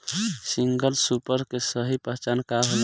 Single super के सही पहचान का होला?